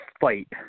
fight